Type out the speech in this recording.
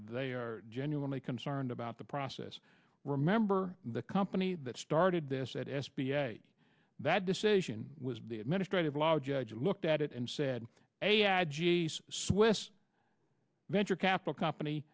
they are genuinely concerned about the process remember the company that started this at s b a that decision was the administrative law judge looked at it and said a swiss venture capital company